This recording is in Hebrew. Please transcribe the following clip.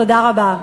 תודה רבה.